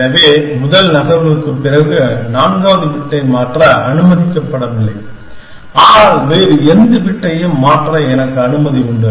எனவே முதல் நகர்வுக்குப் பிறகு நான்காவது பிட்டை மாற்ற அனுமதிக்கப்படவில்லை ஆனால் வேறு எந்த பிட்டையும் மாற்ற எனக்கு அனுமதி உண்டு